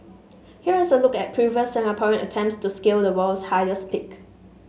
here is a look at previous Singaporean attempts to scale the world's highest peak